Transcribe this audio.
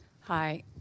Hi